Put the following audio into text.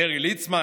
דרעי, ליצמן,